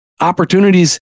opportunities